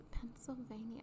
Pennsylvania